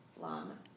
long